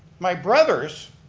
my brothers,